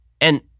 And-